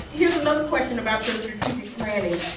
here's another question about your strategic planning.